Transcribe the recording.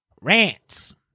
rants